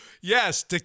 Yes